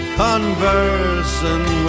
conversing